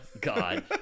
God